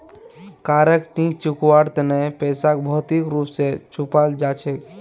कारक नी चुकवार तना पैसाक भौतिक रूप स चुपाल जा छेक